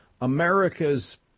America's